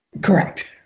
Correct